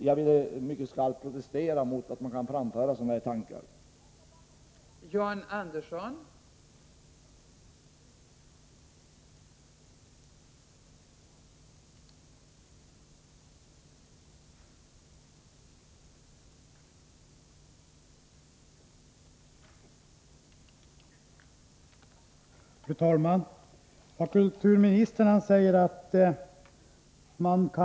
Jag vill mycket skarpt protestera mot att man kan framföra sådana tankar som man gett uttryck för i den här utredningen.